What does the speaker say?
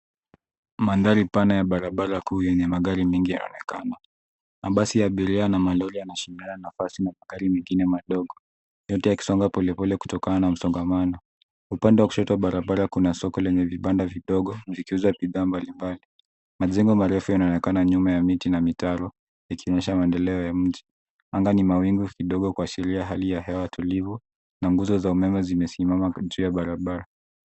Mandhari pana ya barabara kuu yenye magari mengi yanaonekana. Mabasi ya abiria na malori yanashindana nafasi na magari mengine madogo yote yakisonga polepole kutokana na msongamano. Upande wa kushoto wa barabara kuna soko lenye vibanda vidogo vikiuzabidhaa mbalimbali. Majengo marefu yanaonekana nyuma ya miti na mitaro yakionyesha maendeleo ya mji. Anga ni mawingu kidogo kuashiria hali ya hewa tulivu na nguzo za umeme zimesimama juu ya barabara.